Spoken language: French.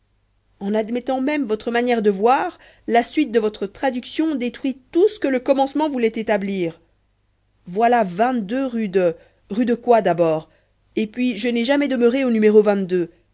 en admettant même votre manière de voir la suite de votre traduction détruit tout ce que le commencement voulait établir voilà rue de rue de quoi d'abord et puis je n'ai jamais demeuré au numéro